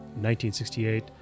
1968